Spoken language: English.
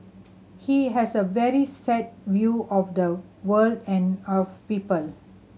he has a very set view of the world and of people